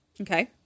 Okay